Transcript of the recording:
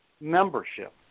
membership